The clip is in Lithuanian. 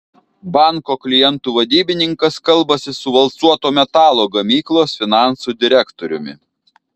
banko klientų vadybininkas kalbasi su valcuoto metalo gamyklos finansų direktoriumi